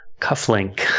cufflink